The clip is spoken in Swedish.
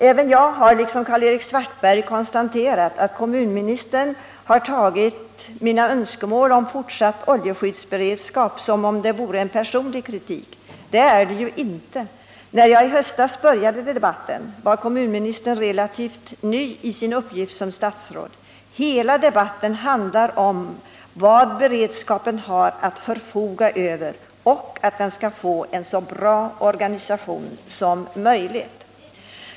Även jag har konstaterat, liksom Karl-Erik Svartberg gjorde för sin del, att kommunministern har uppfattat mina önskemål om fortsatt oljeskyddsberedskap som om det vore en personlig kritik. Det är det inte. När jag i höstas började debatten var kommunministern relativt ny i sin uppgift som statsråd. Hela debatten handlar om vad beredskapen har att förfoga över och att den skall få en så bra organisation som möjligt.